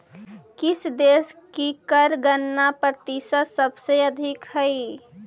किस देश की कर गणना प्रतिशत सबसे अधिक हई